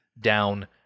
down